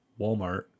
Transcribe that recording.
Walmart